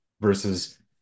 versus